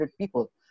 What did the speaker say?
people